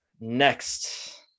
Next